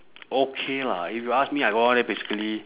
okay lah if you ask me I go up there basically